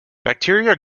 bacteria